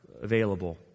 available